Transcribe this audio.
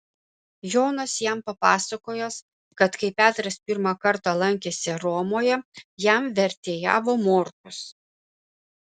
jonas jam papasakojęs kad kai petras pirmą kartą lankėsi romoje jam vertėjavo morkus